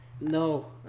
No